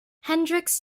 hendricks